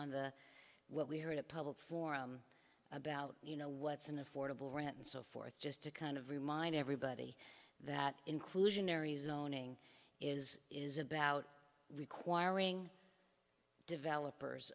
on the what we heard a public forum about you know what's an affordable rent and so forth just to kind of remind everybody that inclusionary zoning is is about requiring developers